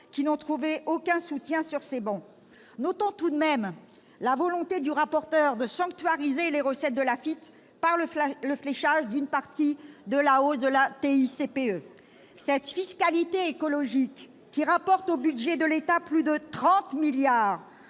qui n'ont trouvé aucun soutien sur ces travées. Notons tout de même la volonté du rapporteur de sanctuariser les recettes de l'Afitf grâce au fléchage d'une partie de la hausse de la TICPE. Cette fiscalité écologique, qui rapporte plus de 30 milliards